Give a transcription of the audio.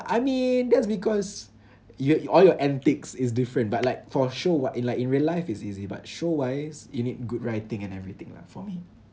I mean that's because you all your antics is different but like for show what in like in real life is easy but show wise you need good writing and everything lah for me